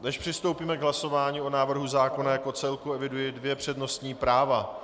Než přistoupíme k hlasování o návrhu zákona jako celku, eviduji dvě přednostní práva.